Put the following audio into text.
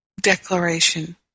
declaration